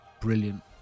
brilliant